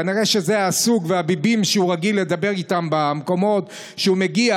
כנראה שזה הסוג והביבים שהוא רגיל לדבר מהמקומות שהוא מגיע.